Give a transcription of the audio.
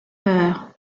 peur